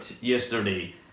yesterday